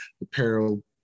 apparel